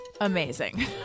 amazing